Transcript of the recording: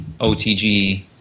OTG